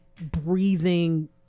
Breathing